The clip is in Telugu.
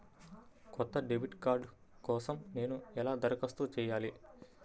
కొత్త డెబిట్ కార్డ్ కోసం నేను ఎలా దరఖాస్తు చేయాలి?